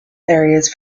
areas